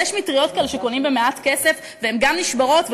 ויש מטריות כאלה שקונים במעט כסף והן גם נשברות,